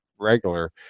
regular